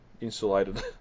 insulated